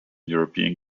european